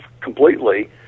completely